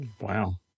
Wow